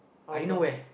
I know where